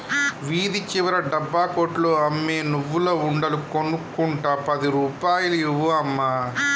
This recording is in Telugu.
వీధి చివర డబ్బా కొట్లో అమ్మే నువ్వుల ఉండలు కొనుక్కుంట పది రూపాయలు ఇవ్వు అమ్మా